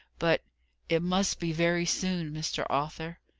but it must be very soon, mr. arthur.